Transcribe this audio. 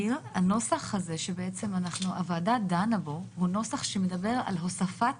הנוסח שהוועדה דנה בו הוא נוסח שמדבר על הוספת